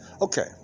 Okay